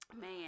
Man